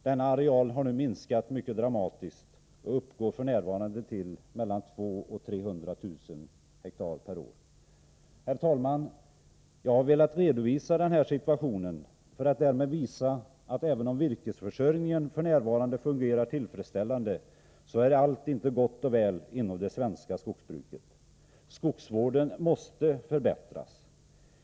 Denna areal har nu minskat mycket dramatiskt och uppgår f. n. till mellan 200 000 och 300 000 hektar per år. Herr talman! Jag har velat redovisa den här situationen för att därmed visa, att även om virkesförsörjningen f. n. fungerar tillfredsställande, är allt inte gott och väl inom det svenska skogsbruket. Skogsvården måste förbättras.